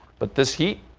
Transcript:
but this heat.